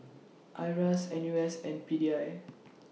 IRAS N U S and P D I